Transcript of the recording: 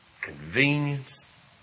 convenience